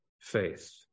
faith